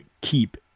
keep